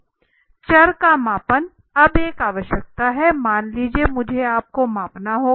चर का मापन अब एक आवश्यकता है मान लीजिए मुझे इनको मापना होगा